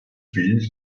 fills